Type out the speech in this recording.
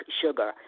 sugar